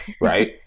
right